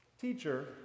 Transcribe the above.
Teacher